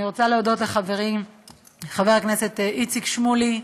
אני רוצה להודות לחברי חבר הכנסת איציק שמולי,